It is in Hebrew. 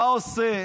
מה עושה